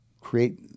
create